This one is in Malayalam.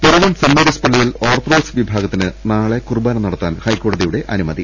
പിറവം സെന്റ് മേരീസ് പള്ളിയിൽ ഓർത്തഡോക്സ് വിഭാഗത്തിന് നാളെ കുർബാന നടത്താൻ ഹൈക്കോ ടതിയുടെ അനുമതി